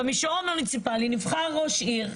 במישור המוניציפלי נבחר ראש עיר,